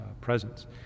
presence